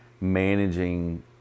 managing